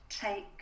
take